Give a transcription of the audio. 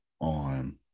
On